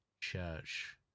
church